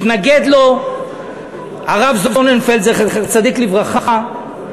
התנגד לו הרב זוננפלד, זכר צדיק לברכה,